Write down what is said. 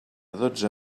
dotze